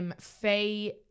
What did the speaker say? Faye